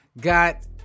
Got